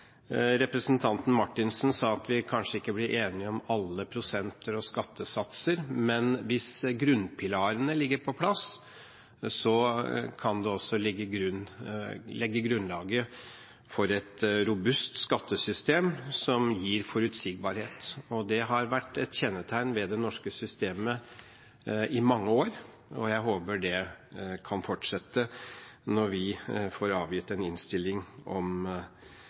Representanten Marthinsen sa at vi kanskje ikke blir enige om alle prosenter og skattesatser, men hvis grunnpilarene ligger på plass, kan det også legge grunnlaget for et robust skattesystem som gir forutsigbarhet. Det har vært et kjennetegn ved det norske systemet i mange år, og jeg håper det kan fortsette når vi får avgitt en innstilling om